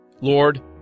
Lord